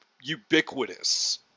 ubiquitous